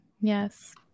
Yes